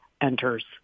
enters